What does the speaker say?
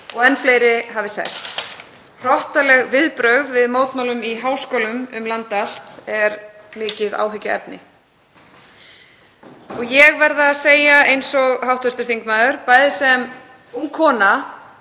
og enn fleiri hafi særst. Hrottaleg viðbrögð við mótmælum í háskólum um land allt er mikið áhyggjuefni. Ég verð að segja eins og hv. þingmaður, bæði sem ung kona